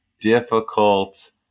difficult